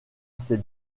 ses